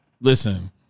Listen